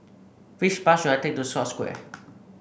which bus should I take to Scotts Square